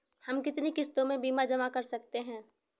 हम कितनी किश्तों में बीमा जमा कर सकते हैं?